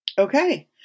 Okay